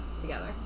together